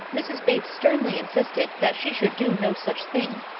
mrs. bates sternly insisted that she should do no such thing.